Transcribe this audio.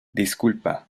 disculpa